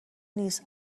نیست